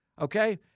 Okay